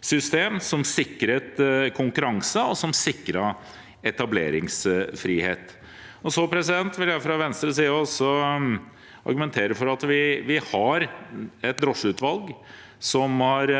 system som sikret konkurranse og etableringsfrihet. Så vil jeg fra Venstres side også argumentere for at vi har et drosjeutvalg som har